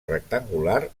rectangular